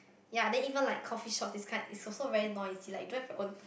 ya then even like coffee shop this kind is also very noisy like don't have your own